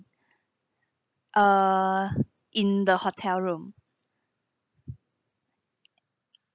err in the hotel room